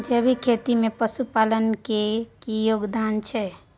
जैविक खेती में पशुपालन के की योगदान छै?